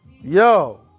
yo